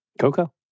Coco